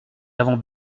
avons